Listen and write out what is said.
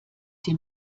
dem